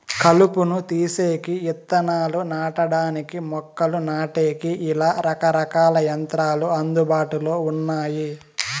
కలుపును తీసేకి, ఇత్తనాలు నాటడానికి, మొక్కలు నాటేకి, ఇలా రకరకాల యంత్రాలు అందుబాటులో ఉన్నాయి